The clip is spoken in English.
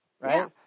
Right